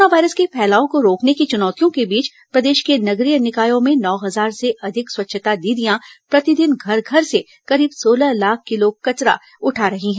corona virus के फैलाव को रोकने की चुनौतियों के बीच प्रदेश के नगरीय निकायों में नौ हजार से अधिक स्वच्छता दीदियां प्रतिदिन घर घर से करीब सोलह लाख किलो कचरा उठा रही हैं